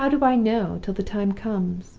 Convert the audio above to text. how do i know till the time comes?